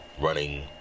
running